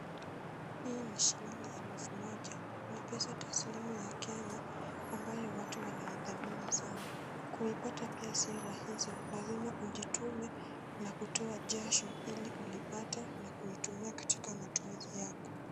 Hii ni shilingi elfu moja pesa taslimu ya kenya ambayo watu wanaidhamini sana. Kuipata sio rahisi lazima ujitume na kutoa jasho ili uipate na kuitumia katika matumizi yako.